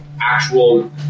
actual